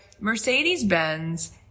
Mercedes-Benz